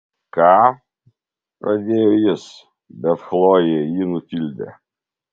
ką pradėjo jis bet chlojė jį nutildė